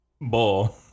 Ball